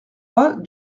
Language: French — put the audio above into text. pas